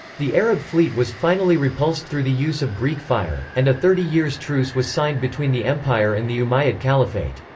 the arab fleet was finally repulsed through the use of greek fire, and a thirty-years' truce was signed between the empire and the umayyad caliphate.